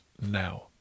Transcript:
now